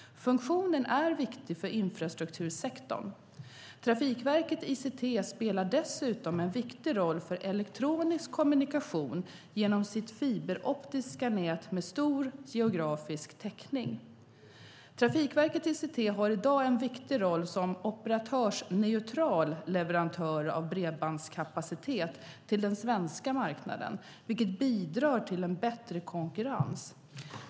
Funktionen är viktig för infrastruktursektorn. Trafikverket ICT spelar dessutom en viktig roll för elektronisk kommunikation genom sitt fiberoptiska nät med stor geografisk täckning. Trafikverket ICT har i dag en viktig roll som operatörsneutral leverantör av bredbandskapacitet till den svenska marknaden, vilket bidrar till en bättre konkurrens.